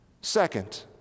Second